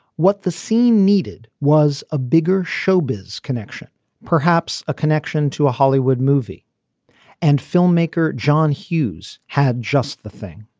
what the scene needed was a bigger showbiz connection perhaps a connection to a hollywood movie and filmmaker john hughes had just the thing